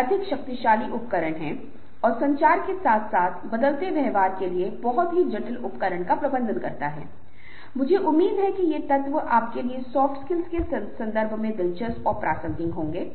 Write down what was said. वे कार्य कर रहे हैं और वे ऐसे समूह बनाने की स्थिति में होंगे जो बहुत गतिशील हों और जो निश्चित रूप से महान परिणाम के साथ आएंगे और हर कोई खुश होगा और परिस्थिति जीत जाएगा